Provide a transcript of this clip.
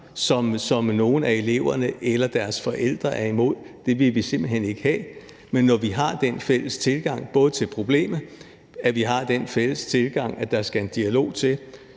som nogle af eleverne eller deres forældre er imod. Det vil vi simpelt hen ikke have. Men når vi har den fælles tilgang til problemet, og når vi har den fælles tilgang, at der skal dialog til,